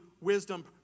wisdom